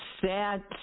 sad